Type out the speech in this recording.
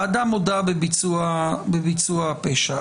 האדם הודה בביצוע הפשע.